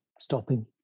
stopping